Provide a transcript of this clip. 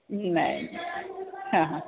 नाही हां हां